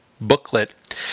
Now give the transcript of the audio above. booklet